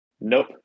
Nope